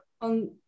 on